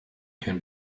can